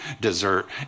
dessert